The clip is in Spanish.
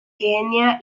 kenia